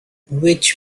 which